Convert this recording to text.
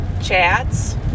chats